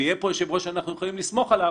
ויהיה פה יושב-ראש שאנחנו יכולים לסמוך עליו